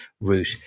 route